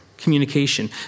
communication